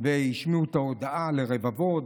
והשמיעו את ההודעה לרבבות,